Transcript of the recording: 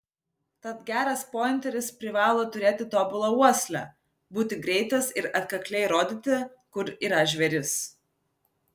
tad geras pointeris privalo turėti tobulą uoslę būti greitas ir atkakliai rodyti kur yra žvėris